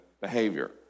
behavior